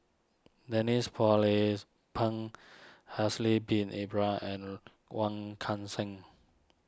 Denise Phua Lay Peng Haslir Bin Ibra and Wong Kan Seng